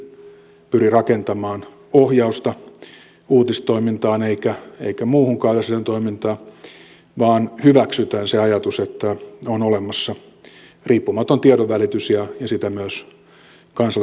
hallitus ei pyri rakentamaan ohjausta uutistoimintaan eikä muuhunkaan yleisradiotoimintaan vaan hyväksytään se ajatus että on olemassa riippumaton tiedonvälitys ja sitä myös kansallinen yleisradio yhtiö edustaa